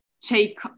take